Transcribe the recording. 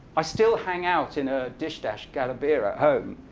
i still hang out in a dishdasha jellabiya at home.